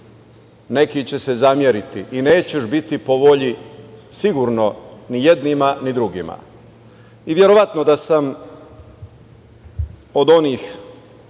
neki će se zameriti i nećeš biti po volji sigurno ni jednima ni drugima. Verovatno da sam od onih